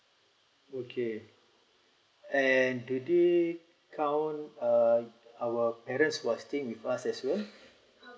okay and do they count uh our parents was staying with us as well